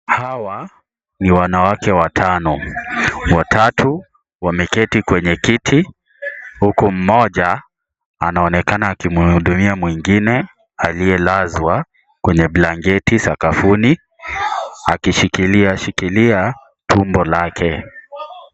Hawa ni wanawake watano. Watatu wameketi kwenye kiti huku mmoja anaonekana akimhudumia mwingine aliyelazwa kwenye blanketi sakafuni. Akishikilia shikilia tumbo lake.